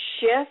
shift